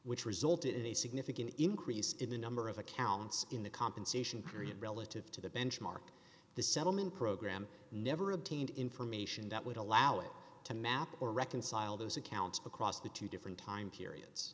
which resulted in a significant increase in the number of accounts in the compensation period relative to the benchmark the settlement program never obtained information that would allow it to map or reconcile those accounts because of the two different time periods